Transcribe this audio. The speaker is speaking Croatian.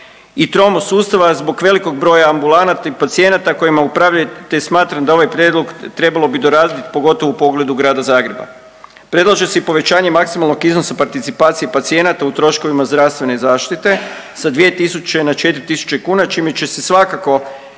tromost sustava zbog velikog broja ambulanata i pacijenata kojima upravljaju te smatram da ovaj prijedlog trebalo bi doraditi pogotovo u pogledu Grada Zagreba. Predlaže se i povećanje maksimalnog iznosa participacije pacijenata u troškovima zdravstvene zaštite sa 2.000 na 4.000 kuna čime će se svakako pridonijeti